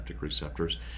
receptors